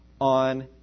on